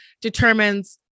determines